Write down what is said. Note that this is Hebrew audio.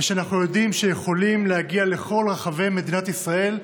שאנחנו יודעים שיכול להגיע לכל רחבי מדינת ישראל.